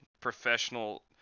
professional